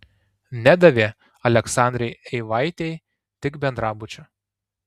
nedavė aleksandrai eivaitei tik bendrabučio